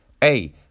hey